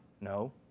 no